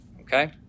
okay